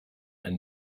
ein